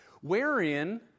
wherein